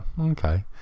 okay